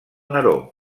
neró